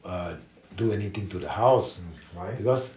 uh do anything to the house because